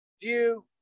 view